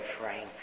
Frank